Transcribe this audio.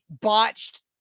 botched